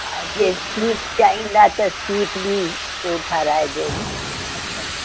हा जेतिरी चाहींदा त स्वीट बि पोइ ठाहिराएजो मथो